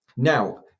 Now